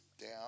down